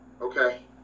okay